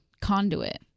conduit